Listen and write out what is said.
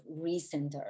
recenter